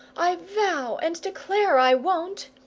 i vow and declare i won't!